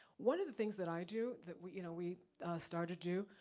one of the things that i do, that we you know we start to do,